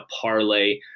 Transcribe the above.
parlay